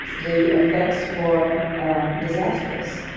the effects were disastrous.